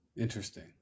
Interesting